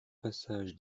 passage